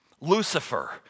Lucifer